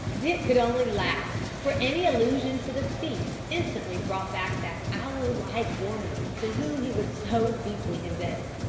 dick could only laugh, for any allusion to the feast instantly brought back that owl-like gourmand to whom he was so deeply indebted.